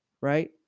right